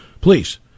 Please